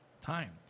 time